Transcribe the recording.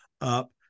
up